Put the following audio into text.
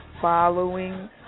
following